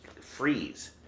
freeze